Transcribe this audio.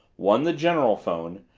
one the general phone,